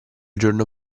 giorno